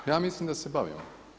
Ja mislim da se bavimo.